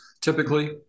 Typically